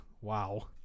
Wow